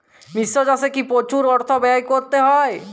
মিশ্র চাষে কি প্রচুর অর্থ ব্যয় করতে হয়?